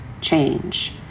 change